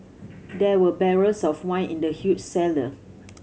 there were barrels of wine in the huge cellar